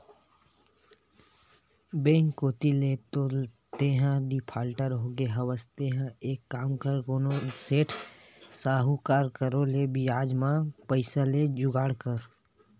bank कोती ले तो तेंहा डिफाल्टर होगे हवस तेंहा एक काम कर कोनो सेठ, साहुकार करा ले बियाज म पइसा के जुगाड़ कर